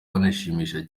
byanshimisha